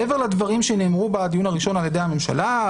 מעבר לדברים שנאמרו בדיון הראשון על ידי הממשלה,